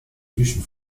jüdischen